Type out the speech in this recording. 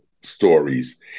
stories